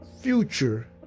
future